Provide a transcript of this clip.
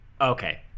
Okay